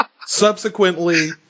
Subsequently